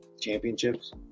championships